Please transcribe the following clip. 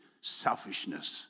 selfishness